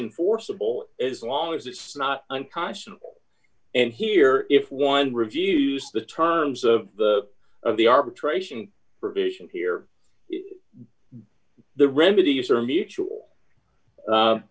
and forcible as long as it's not unconscionable and here if one reviews the terms of the of the arbitration provisions here the remedies are mutual